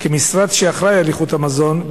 כמשרד שאחראי על איכות המזון,